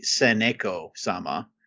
Seneko-sama